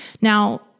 Now